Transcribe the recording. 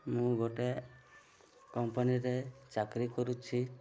ମୁଁ ଗୋଟେ କମ୍ପାନୀରେ ଚାକିରି କରୁଛି